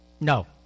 No